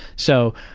so,